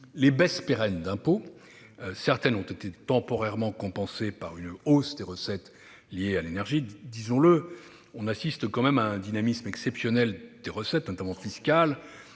baisses pérennes d'impôts ont été temporairement compensées par une hausse des recettes liées à l'énergie. Disons-le, c'est un dynamisme exceptionnel des recettes, notamment fiscales,